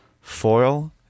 foil